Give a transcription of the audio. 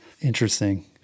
Interesting